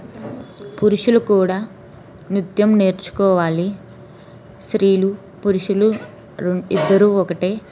పురుషులు కూడా నుత్యం నేర్చుకోవాలి స్రీలు పురుషులు ఇద్దరూ ఒకటే